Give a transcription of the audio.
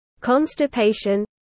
constipation